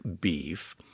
beef